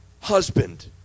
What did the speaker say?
husband